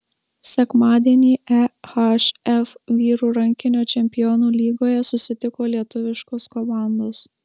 sekmadienį ehf vyrų rankinio čempionų lygoje susitiko lietuviškos komandos